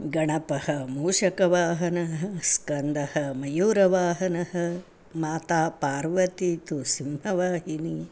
गणपः मूषकवाहनः स्कन्दः मयूरवाहनः माता पार्वती तु सिंहवाहिनी